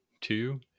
two